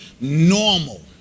normal